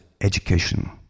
education